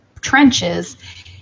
trenches